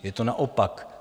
Je to naopak.